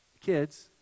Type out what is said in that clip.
kids